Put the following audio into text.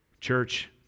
Church